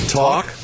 talk